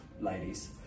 ladies